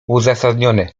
uzasadnione